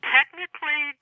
Technically